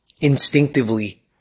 instinctively